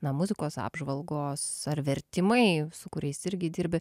na muzikos apžvalgos ar vertimai su kuriais irgi dirbi